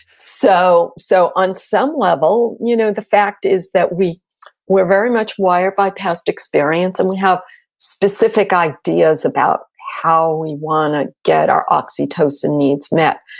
so so on some level, you know the fact is that we're very much wired by past experience and we have specific ideas about how we wanna get our oxytocin needs met.